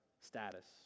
status